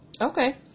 okay